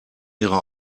ihre